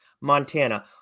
Montana